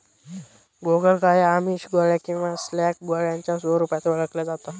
गोगलगाय आमिष, गोळ्या किंवा स्लॅग गोळ्यांच्या स्वरूपात ओळखल्या जाता